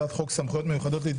בוקר טוב.